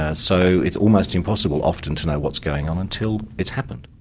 ah so it's almost impossible often to know what's going on until it's happened.